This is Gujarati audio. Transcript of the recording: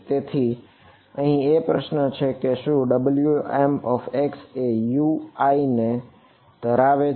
તેથી પ્રશ્ન એ છે કે શું Wmx એ Ui ને ધરાવે છે